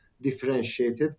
differentiated